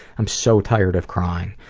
i'm so tired of crying.